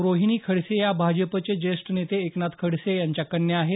रोहिणी खडसे या भाजपचे ज्येष्ठ नेते एकनाथ खडसे यांच्या कन्या आहेत